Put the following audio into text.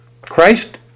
Christ